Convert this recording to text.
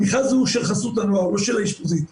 המכרז הוא של חסות הנוער, לא של האשפוזית.